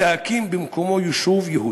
ולהקים במקומו יישוב יהודי.